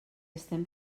estem